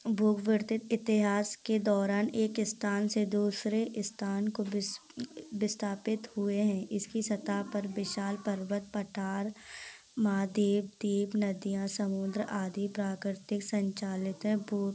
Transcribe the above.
भूगवर्तित इतिहास के दौरान एक स्थान से दूसरे स्थान को विस विस्तापित हुए हैं इसकी सतह पर विशाल पर्वत पहाड़ महाद्वीप द्वीप नदियां समुद्र आदि प्राकृतिक संचालित हैं